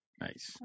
nice